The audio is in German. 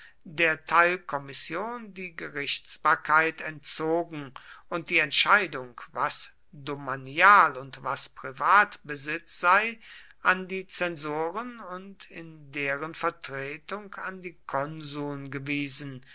der teilkommission die gerichtsbarkeit entzogen und die entscheidung was domanial und was privatbesitz sei an die zensoren und in deren vertretung an die konsuln gewiesen